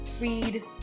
read